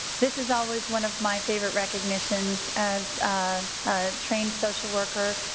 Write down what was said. this is always one of my favorite recognitions as a trained social worker,